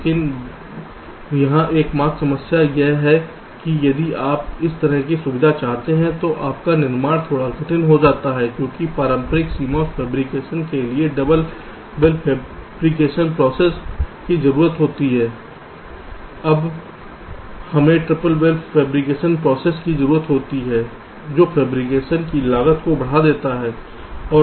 लेकिन यहाँ एकमात्र समस्या यह है कि यदि आप इस तरह की सुविधा चाहते हैं तो आपका निर्माण थोड़ा कठिन हो जाता है क्योंकि पारंपरिक CMOS फैब्रिकेशन के लिए डबल वेल फैब्रिकेशन प्रोसेस की जरूरत होती है अब हमें ट्रिपल वेल फैब्रिकेशन प्रोसेस की जरूरत होती है जो फैब्रिकेशन की लागत को बढ़ाता है